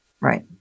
Right